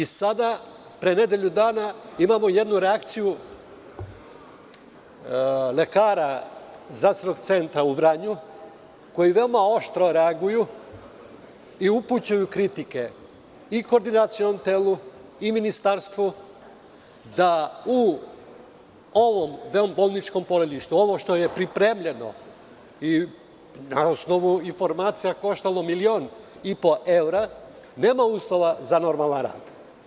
Pre nedelju dana imamo jednu reakciju lekara ZC u Vranju koji veoma oštro reaguju i upućuju kritike i Koordinacionom telu i Ministarstvu da u ovom vanbolničkom porodilištu, ovo što je pripremljeno i na osnovu informacija, koštalo je 1,5 milion evra, nema uslova za normalan rad.